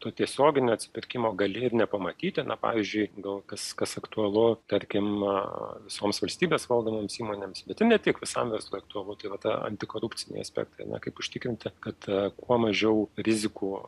to tiesioginio atsipirkimo gali ir nepamatyti na pavyzdžiui gal kas kas aktualu tarkim visoms valstybės valdomoms įmonėms bet ir ne tik visam verslui aktualu tai va ta antikorupciniai aspektai kaip užtikrinti kad kuo mažiau rizikų